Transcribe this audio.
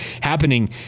happening